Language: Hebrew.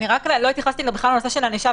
לא התייחסתי בכלל לנושא של ענישה,